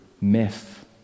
myth